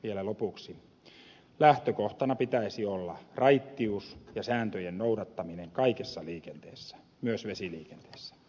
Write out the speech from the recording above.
vielä lopuksi lähtökohtana pitäisi olla raittiuden ja sääntöjen noudattamisen kaikessa liikenteessä myös vesiliikenteessä